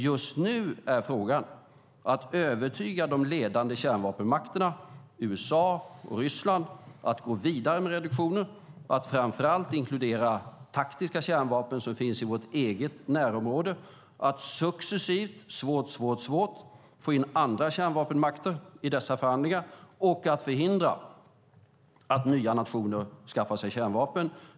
Just nu är frågan att övertyga de ledande kärnvapenmakterna, USA och Ryssland, om att gå vidare med reduktionen, att framför allt inkludera taktiska kärnvapen, som finns i vårt eget närområde, att successivt - svårt, svårt, svårt - få in andra kärnvapenmakter i dessa förhandlingar och att förhindra att nya nationer skaffar sig kärnvapen.